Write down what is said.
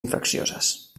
infeccioses